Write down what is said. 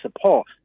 support